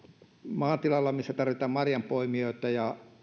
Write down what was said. maatiloilla missä tarvitaan marjanpoimijoita ja